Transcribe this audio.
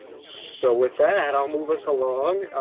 so with that i'll move us along.